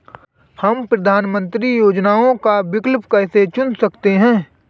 हम प्रधानमंत्री योजनाओं का विकल्प कैसे चुन सकते हैं?